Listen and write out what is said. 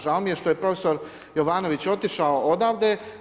Žao mi je što je profesor Jovanović otišao odavde.